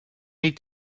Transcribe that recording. need